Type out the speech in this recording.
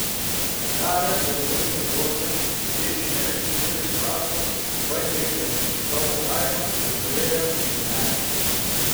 netarę daugiau nė žodžio jie išėjo iš fėjų krašto pasiekė savo kaimą ir nuėjo į menę